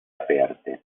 aperte